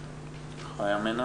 חיה.